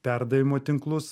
perdavimo tinklus